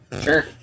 Sure